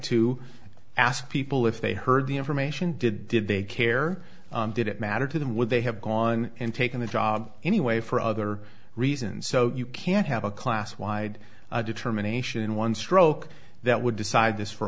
to ask people if they heard the information did they care did it matter to them would they have gone and taken the job anyway for other reasons so you can't have a class wide determination one stroke that would decide this for